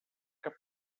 cap